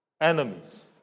enemies